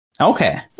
Okay